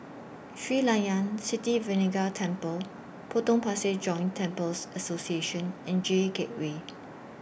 Sri Layan Sithi Vinayagar Temple Potong Pasir Joint Temples Association and J Gateway